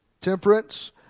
Temperance